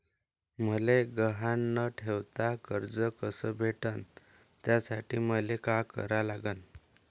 मले गहान न ठेवता कर्ज कस भेटन त्यासाठी मले का करा लागन?